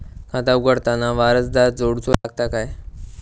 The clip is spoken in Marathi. खाता उघडताना वारसदार जोडूचो लागता काय?